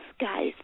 guy's